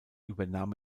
übernahm